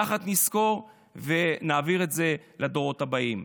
יחד נזכור ונעביר את זה לדורות הבאים.